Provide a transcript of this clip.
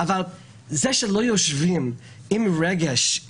אבל זה שלא יושבים עם רגש,